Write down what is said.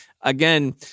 Again